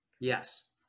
Yes